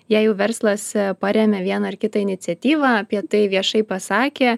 jei jau verslas paremia vieną ar kitą iniciatyvą apie tai viešai pasakė